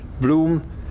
Bloom